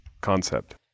concept